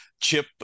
chip